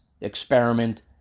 experiment